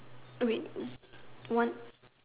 wait one